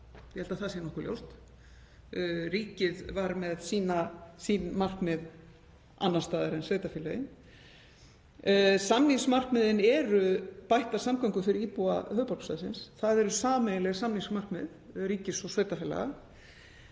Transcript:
ég held að það sé nokkuð ljóst. Ríkið var með sín markmið annars staðar en sveitarfélögin. Samningsmarkmiðin eru bættar samgöngur fyrir íbúa höfuðborgarsvæðisins, það eru sameiginleg samningsmarkmið ríkis og sveitarfélaga.